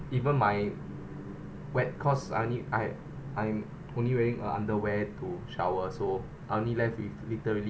even my wet cross I need I I'm only wearing a underwear to shower so only I left with literally